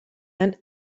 and